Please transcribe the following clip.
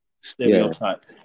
stereotype